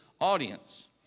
audience